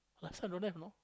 last time don't have you know